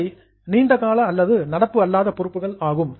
இவை long term நீண்ட கால அல்லது நடப்பு அல்லாத பொறுப்புகள் ஆகும்